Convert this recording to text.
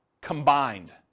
combined